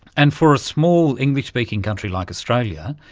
and for a small english speaking country like australia,